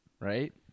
right